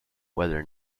whether